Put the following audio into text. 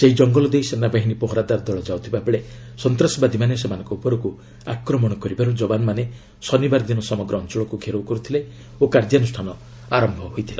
ସେହି ଜଙ୍ଗଲ ଦେଇ ସେନାବାହିନୀ ପହରାଦାର ଦଳ ଯାଉଥିବାବେଳେ ସନ୍ତାସବାଦୀମାନେ ସେମାନଙ୍କ ଉପରକୁ ଆକ୍ରମଣ କରିବାରୁ ଯବାନମାନେ ଶନିବାର ଦିନ ସମଗ୍ର ଅଞ୍ଚଳକୁ ଘେରାଉ କରିଥିଲେ ଓ କାର୍ଯ୍ୟାନ୍ରଷ୍ଣାନ ଆରମ୍ଭ କରିଥିଲେ